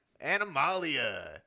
Animalia